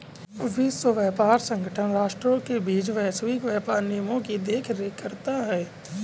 विश्व व्यापार संगठन राष्ट्रों के बीच वैश्विक व्यापार नियमों की देखरेख करता है